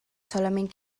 solament